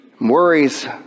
worries